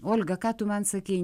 olga ką tu man sakei